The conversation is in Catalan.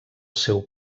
seu